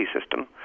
system